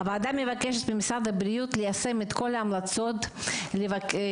הוועדה מבקשת ממשרד הבריאות ליישם את כל המלצות מבקר